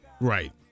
right